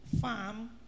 farm